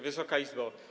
Wysoka Izbo!